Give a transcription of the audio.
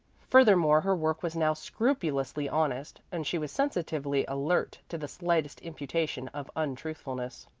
furthermore her work was now scrupulously honest, and she was sensitively alert to the slightest imputation of untruthfulness.